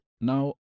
Now